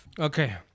Okay